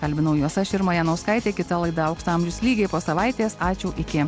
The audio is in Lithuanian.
kalbinau juos aš irma janauskaitė kita laida aukso amžius lygiai po savaitės ačiū iki